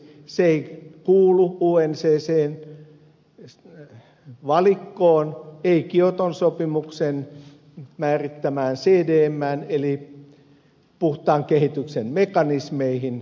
se ei kuulu unfcccn valikkoon ei kioton sopimuksen määrittämään cdmään eli puhtaan kehityksen mekanismeihin